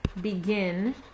begin